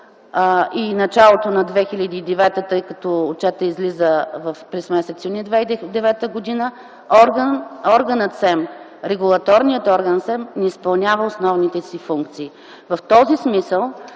и началото на 2009 г., тъй като отчетът излиза през м. юни 2009 г., органът СЕМ, регулаторният орган СЕМ, не изпълнява основните си функции. В този смисъл